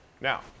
Now